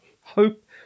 hope